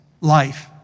life